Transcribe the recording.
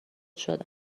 شدم